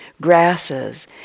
grasses